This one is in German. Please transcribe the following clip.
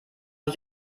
ich